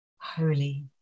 Holy